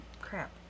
crap